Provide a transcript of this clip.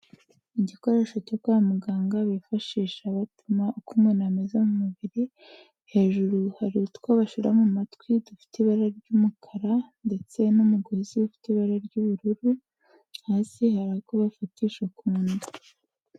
Igikoresho cyo kwa muganga bifashisha bapima uko umuntu ameze mu mubiri. Hejuru hari utwo bashyira mu matwi dufite ibara ry'umukara ndetse n'umugozi ufite ibara ry'ubururu. Hasi hari ako bafatisha ku nda.